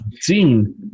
scene